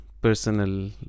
personal